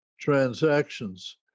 transactions